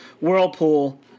whirlpool